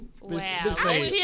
Wow